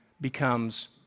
becomes